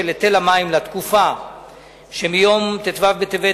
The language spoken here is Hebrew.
היטל המים לתקופה שמיום ט"ו בטבת התש"ע,